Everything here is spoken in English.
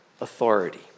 authority